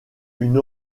une